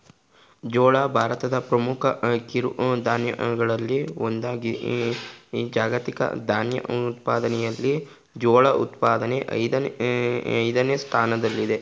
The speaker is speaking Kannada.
ಜೋಳ ಭಾರತದ ಪ್ರಮುಖ ಕಿರುಧಾನ್ಯಗಳಲ್ಲಿ ಒಂದಾಗಿದೆ ಜಾಗತಿಕ ಧಾನ್ಯ ಉತ್ಪಾದನೆಯಲ್ಲಿ ಜೋಳ ಉತ್ಪಾದನೆ ಐದನೇ ಸ್ಥಾನದಲ್ಲಿದೆ